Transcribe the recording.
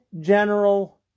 general